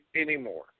anymore